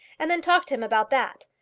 and then talk to him about that.